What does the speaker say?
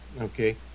okay